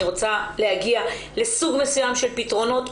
אני רוצה להגיע לסוג מסוים של פתרונות,